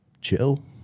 chill